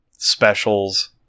specials